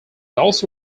also